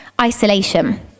isolation